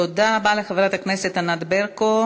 תודה רבה לחברת הכנסת ענת ברקו.